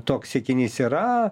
toks siekinys yra